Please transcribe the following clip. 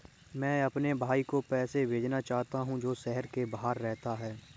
मैं अपने भाई को पैसे भेजना चाहता हूँ जो शहर से बाहर रहता है